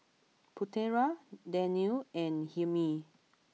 Putera Daniel and Hilmi